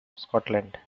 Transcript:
scotland